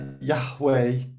Yahweh